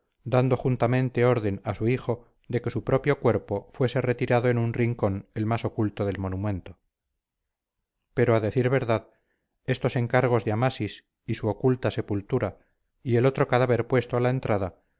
dando juntamente orden a su hijo de que su propio cuerpo fuese retirado en un rincón el más oculto del monumento pero a decir verdad estos encargos de amasis y su oculta sepultura y el otro cadáver puesto a la entrada